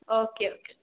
okay okay